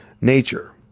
nature